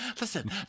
Listen